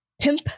pimp